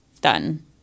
done